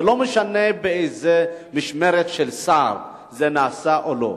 זה לא משנה באיזו משמרת של שר זה נעשה או לא.